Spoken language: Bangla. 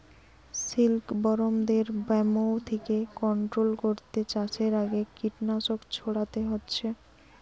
সিল্কবরমদের ব্যামো থিকে কন্ট্রোল কোরতে চাষের আগে কীটনাশক ছোড়াতে হচ্ছে